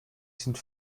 sind